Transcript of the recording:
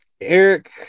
Eric